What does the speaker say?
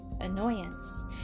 annoyance